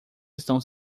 estão